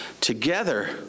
Together